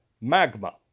Magma